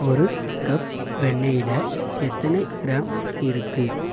ஒரு கப் வெண்ணெயில் எத்தனை கிராம் இருக்குது